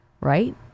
Right